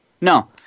no